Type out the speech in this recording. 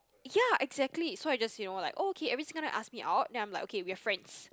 ya exactly so I just you know like oh okay every single time he ask me out then I'm like okay we are friends